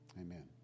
Amen